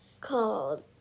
called